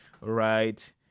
right